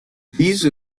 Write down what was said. these